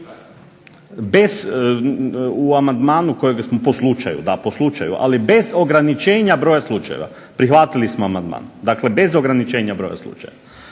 po slučaju, da po slučaju, ali bez ograničenja broja slučajeva. Prihvatili smo amandman. Dakle bez ograničenja broja slučaja.